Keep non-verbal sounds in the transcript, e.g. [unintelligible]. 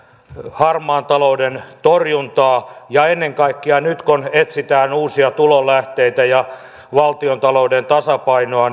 harmaan talouden torjuntaa ja ennen kaikkea nyt kun etsitään uusia tulonlähteitä ja valtiontalouden tasapainoa [unintelligible]